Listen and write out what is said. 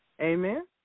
Amen